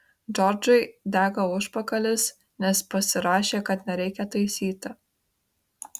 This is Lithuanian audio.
džordžui dega užpakalis nes pasirašė kad nereikia taisyti